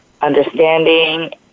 understanding